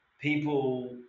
people